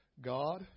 God